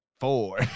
four